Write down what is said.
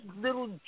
little